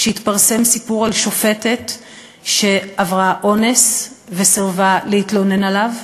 כשהתפרסם סיפור על שופטת שעברה אונס וסירבה להתלונן עליו.